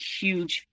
huge